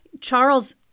Charles